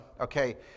okay